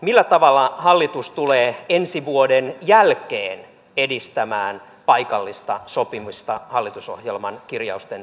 millä tavalla hallitus tulee ensi vuoden jälkeen edistämään paikallista sopimista hallitusohjelman kirjausten täyttämiseksi